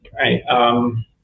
right